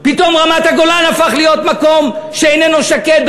פתאום רמת-הגולן הפכה להיות מקום שאיננו שקט,